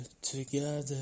together